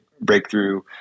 breakthrough